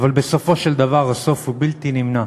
אבל בסופו של דבר, הסוף הוא בלתי נמנע,